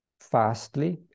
fastly